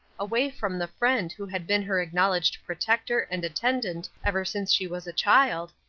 away from the friend who had been her acknowledged protector and attendant ever since she was a child,